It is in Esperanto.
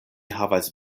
havas